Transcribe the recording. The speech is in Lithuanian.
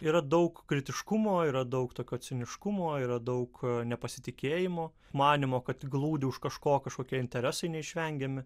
yra daug kritiškumo yra daug tokio ciniškumo yra daug nepasitikėjimo manymo kad glūdi už kažko kažkokie interesai neišvengiami